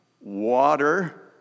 water